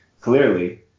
Clearly